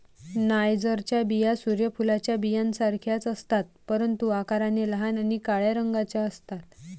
नायजरच्या बिया सूर्य फुलाच्या बियांसारख्याच असतात, परंतु आकाराने लहान आणि काळ्या रंगाच्या असतात